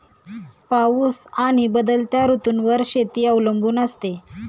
पाऊस आणि बदलत्या ऋतूंवर शेती अवलंबून असते